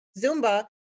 Zumba